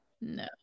no